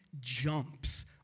jumps